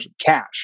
cash